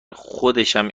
خودشم